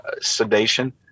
sedation